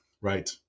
Right